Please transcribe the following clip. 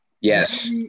Yes